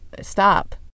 stop